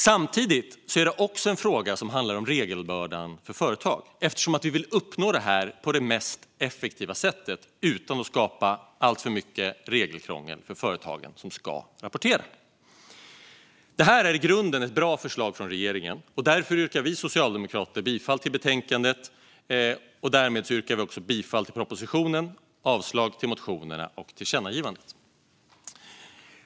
Samtidigt är det också en fråga som handlar om regelbördan för företag, eftersom vi vill uppnå det här på det mest effektiva sättet utan att skapa alltför mycket regelkrångel för de företag som ska rapportera. Detta är i grunden ett bra förslag från regeringen, och därför yrkar vi socialdemokrater bifall till utskottets förslag i betänkandet. Därmed yrkar vi också bifall till propositionen och avslag på motioner och tillkännagivandet.